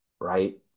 right